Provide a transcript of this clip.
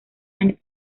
años